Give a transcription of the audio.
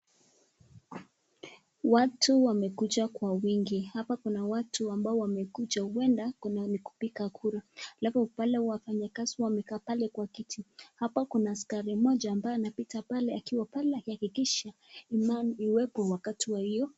Watu wamekuja kwa wingi. Hapa kuna watu ambao wamekuja huenda ni kupiga kura. Alafu pale wafanyikazi wamekaa pale kwa kiti. Hapo kuna askari mmoja ambaye anapita pale akiwa pale akihakikisha iwepo wakati wa hio.